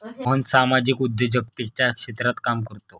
मोहन सामाजिक उद्योजकतेच्या क्षेत्रात काम करतो